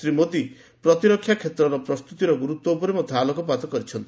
ଶ୍ରୀ ମୋଦୀ ପ୍ରତିରକ୍ଷା କ୍ଷେତ୍ରର ପ୍ରସ୍ତୁତିର ଗୁରୁତ୍ୱ ଉପରେ ମଧ୍ୟ ଆଲୋକପାତ କରିଛନ୍ତି